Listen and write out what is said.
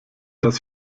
das